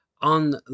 on